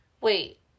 Wait